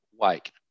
wake